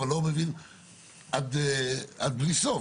אבל אני לא מבין עד בלי סוף.